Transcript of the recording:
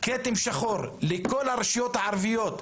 כתם שחור לכל הרשויות הערביות,